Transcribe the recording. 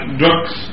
drugs